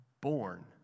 born